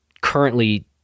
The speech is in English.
currently